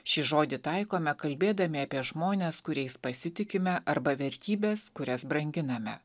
šį žodį taikome kalbėdami apie žmones kuriais pasitikime arba vertybes kurias branginame